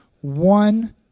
one